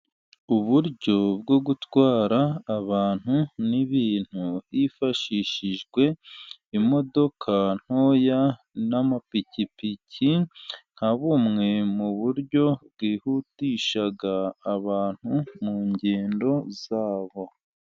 Uburyo bwo gutwara abantu n'ibintu, hifashishijwe imodoka ntoya n'amapikipiki, nka bumwe mu buryo bwihutisha abantu mu ngendo zabo.